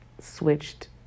switched